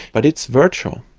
but it's virtual.